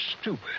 stupid